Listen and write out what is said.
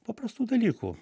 paprastų dalykų